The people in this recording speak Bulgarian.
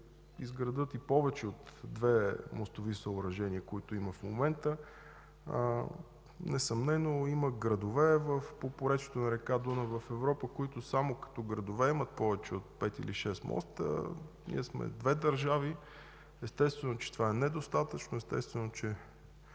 изградят и повече от две мостови съоръжения, които има в момента. Несъмнено има градове по поречието на река Дунав в Европа, които само като градове имат повече от пет или шест моста. Ние сме две държави, естествено че това е недостатъчно, естествено че